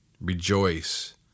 Rejoice